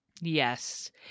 Yes